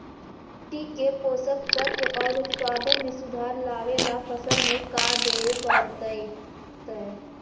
मिट्टी के पोषक तत्त्व और उत्पादन में सुधार लावे ला फसल में का देबे पड़तै तै?